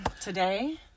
Today